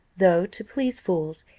though, to please fools,